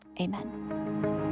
Amen